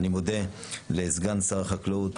אני מודה לסגן שר החקלאות,